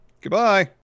Goodbye